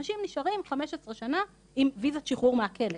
אנשים נשארים 15 שנה עם ויזת שחרור מהכלא,